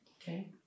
Okay